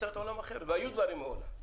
והיו דברים מעולם.